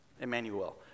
Emmanuel